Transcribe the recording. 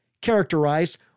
characterize